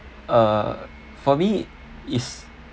uh for me is